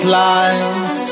lines